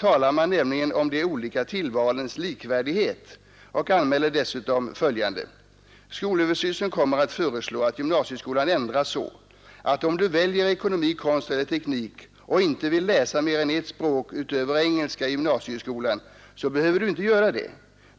talar man nämligen om de olika tillvalens likvärdighet och anmäler dessutom följande: ”Skolöverstyrelsen kommer att föreslå att gymnasieskolan ändras så att om du väljer ekonomi, konst eller teknik och inte vill läsa mer än ett språk utöver engelska i gymnasieskolan så behöver du inte göra det.